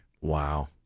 Wow